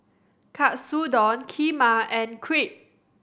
Katsudon Kheema and Crepe